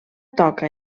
toca